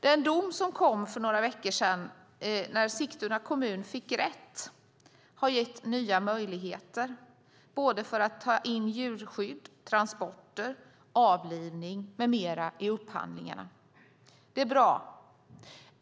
Den dom som kom för några veckor sedan när Sigtuna kommun fick rätt har gett nya möjligheter att ta in djurskydd, transporter, avlivning med mera i upphandlingarna. Det är bra.